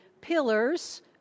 pillars